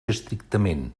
estrictament